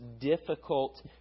difficult